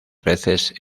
veces